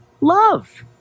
love